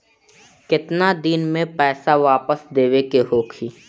केतना दिन में पैसा वापस देवे के होखी?